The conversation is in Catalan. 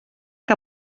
que